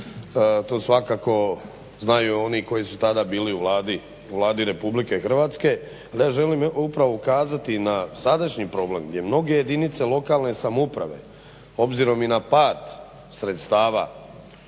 To svakako znaju oni koji su tada bili u Vladi RH. Ali ja želim upravo ukazati na sadašnji problem gdje mnoge jedinice lokalne samouprave obzirom i na pad sredstava